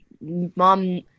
mom